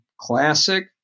classic